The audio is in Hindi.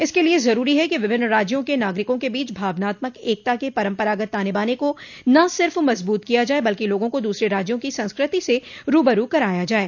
इसके लिये जरूरी है कि विभिन्न राज्यों के नागरिकों के बीच भावनात्मक एकता के परम्परागत ताने बाने को न सिर्फ मजबूत किया जाये बल्कि लोगों को दूसरे राज्यों की संस्कृति से रू बरू कराया जाये